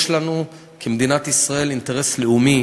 יש לנו, למדינת ישראל, אינטרס לאומי